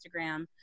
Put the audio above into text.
Instagram